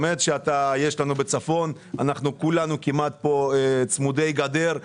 כמעט כולנו צמודי גדר,